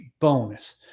bonus